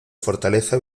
fortaleza